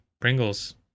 Pringles